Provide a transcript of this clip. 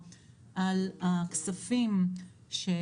אבל לשמחתנו אמרו לי שדובר על הכספים שבחקיקה,